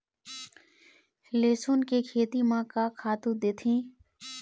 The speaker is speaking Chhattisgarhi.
लेसुन के खेती म का खातू देथे?